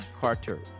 Carter